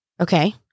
Okay